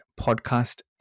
podcast